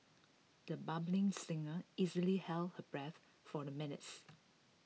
the budding singer easily held her breath for the minutes